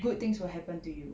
good things will happen to you